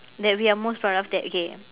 that we are most proud of that okay